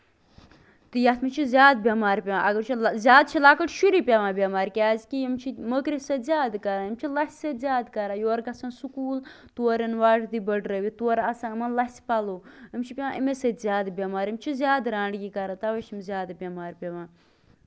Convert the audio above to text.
تہٕ یِتھ منٛز چھِ زیادٕ بیمار پیوان اَگر وٕچھو زیادٕ چھِ لۄکٔٹۍ شُری پیوان بیمارِ کیازِ کہِ یِم چھِ مٔکرِس سۭتۍ زیادٕ کران یِم چھِ لَژھِ سۭتۍ زیادٕ کران یورٕ گژھان سٔکوٗل تورٕ یَن وردی بٔڑرٲوِتھ تورٕ آسان یِمن لَژھ پَلو أمِس چھِ پیوان اَمی سۭتۍ زیادٕ بیمار یِم چھِ زیادٕ رانڈگی کران تَوے چھِ یِم زیادٕ بیمار پیوان